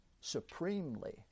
supremely